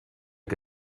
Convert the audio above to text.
que